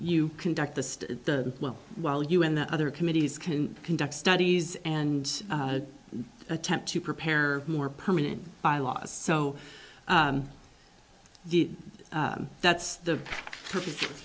you conduct the well while you and the other committees can conduct studies and attempt to prepare more permanent bylaws so that's the purpose